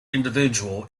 individual